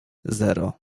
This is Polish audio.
zero